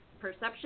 perception